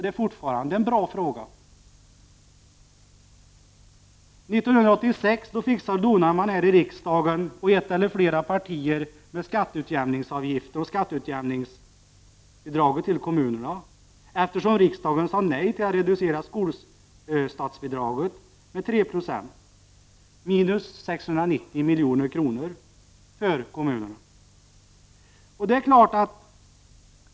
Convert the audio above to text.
Det är fortfarande en bra fråga. 1986 fixade och donade man här i riksdagen med skatteutjämningsavgifter och skatteutjämningsbidrag till kommunerna, eftersom riksdagen sade nej till att reducera skolstatsbidraget med 3 20 — minus 690 milj.kr. för kommunerna.